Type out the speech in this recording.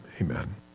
amen